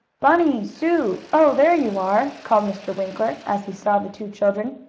bunny! sue! oh, there you are! called mr. winkler as he saw the two children.